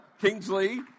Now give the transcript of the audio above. Kingsley